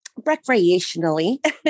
recreationally